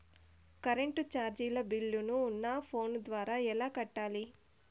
Current చార్జీల బిల్లును, నా ఫోను ద్వారా ఎలా కట్టాలి?